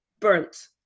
burnt